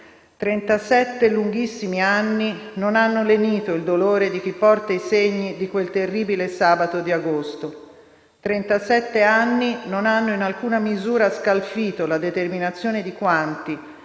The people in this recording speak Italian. lunghissimi anni non hanno lenito il dolore di chi porta i segni di quel terribile sabato di agosto; trentasette anni non hanno in alcuna misura scalfito la determinazione di quanti